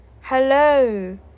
Hello